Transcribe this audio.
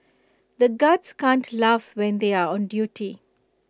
the guards can't laugh when they are on duty